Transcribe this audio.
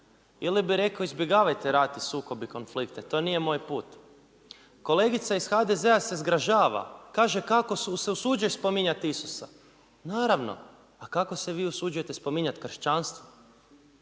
ili bi rekao izbjegavajte rat i sukob i konflikte. To nije moj put. Kolegica iz HDZ-a se zgražava. Kaže kako se usuđuješ spominjati Isusa. Naravno, a kako se vi usuđujete spominjati kršćanstvo?